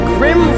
Grim